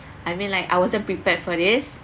I mean like I wasn't prepared for this